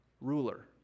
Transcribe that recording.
ruler